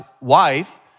wife